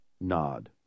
nod